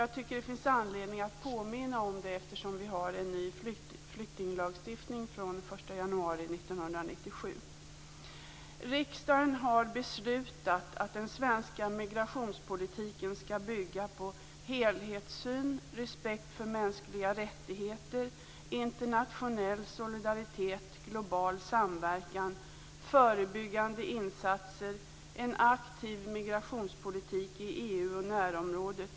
Jag tycker att det finns anledning att påminna om det eftersom vi har en ny flyktinglagstiftning från den 1 januari 1997. Riksdagen har beslutat att den svenska migrationspolitiken skall bygga på helhetssyn, respekt för mänskliga rättigheter, internationell solidaritet, global samverkan, förebyggande insatser och en aktiv migrationspolitik i EU och närområdet.